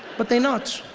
but they're not.